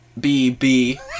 B-B